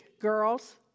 girls